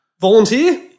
Volunteer